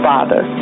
Father